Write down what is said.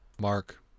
Mark